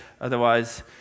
otherwise